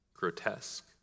grotesque